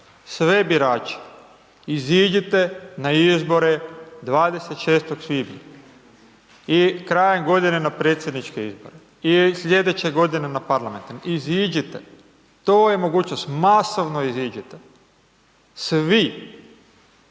sve birače, iziđite na izbore 26. svibnja i krajem godine na predsjedničke izbore i slijedeće godine na parlamentarne, iziđite, to je mogućnost, masovno iziđite, svi,